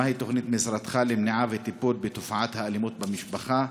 1. מהי תוכנית משרדך למניעה וטיפול בתופעת האלימות במשפחה?